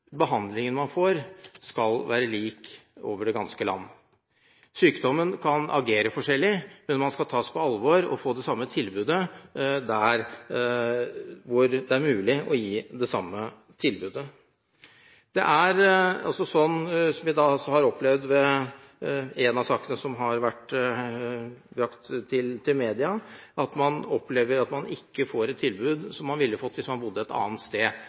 behandlingen man får, skal være lik over det ganske land. Sykdommen kan agere forskjellig, men man skal tas på alvor og få det samme tilbudet der det er mulig å gi det samme tilbudet. Som vi har sett ved en av sakene som har vært brakt opp i media, opplever man at man ikke får et tilbud som man ville fått hvis man bodde et annet sted